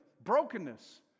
brokenness